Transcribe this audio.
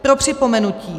Pro připomenutí.